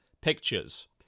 pictures